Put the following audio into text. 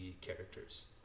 characters